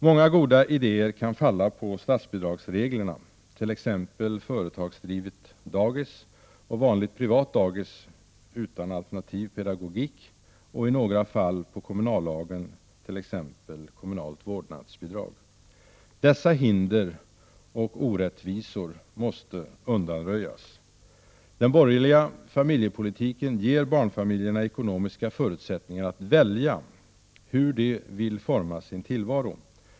Många goda idéer kan falla på grund av statsbidragsreglerna, t.ex. företagsdrivet dagis och vanligt privat dagis utan alternativ pedagogik samt i några fall på grund av kommunallagen, t.ex. kommunalt vårdnadsbidrag. Dessa hinder och orättvisor måste undanröjas! Den borgerliga familjepolitiken ger barnfamiljerna ekonomiska förutsättningar att välja hur de vill forma sin tillvaro.